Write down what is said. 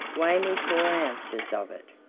weigh me four ounces of it,